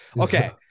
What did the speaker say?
okay